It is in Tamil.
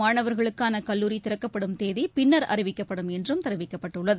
மாணவர்களுக்கானகல்லூரிதிறக்கப்படும் தேதிபின்னர் அறிவிக்கப்படும் என்றும் இதரவகுப்பு தெரிவிக்கப்பட்டுள்ளது